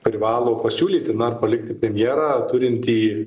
privalo pasiūlyti na palikti premjerą turintį